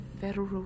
federal